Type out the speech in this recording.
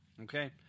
Okay